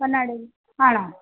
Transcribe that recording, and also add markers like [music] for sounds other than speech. [unintelligible] ആണോ